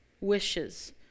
wishes